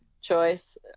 choice